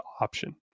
option